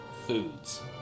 foods